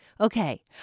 Okay